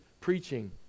preaching